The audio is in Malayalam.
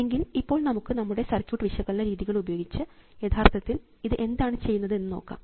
എങ്കിൽ ഇപ്പോൾ നമുക്ക് നിങ്ങളുടെ സർക്യൂട്ട് വിശകലന രീതികൾ ഉപയോഗിച്ച് യഥാർത്ഥത്തിൽ ഇത് എന്താണ് ചെയ്യുന്നതെന്ന് നോക്കാം